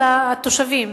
התושבים,